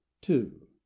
two